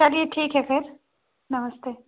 चलिए ठीक है फिर नमस्ते